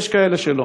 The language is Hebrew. היו כאלה שלא.